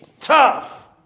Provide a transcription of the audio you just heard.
tough